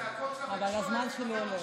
אבל הזמן שלי הולך.